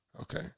Okay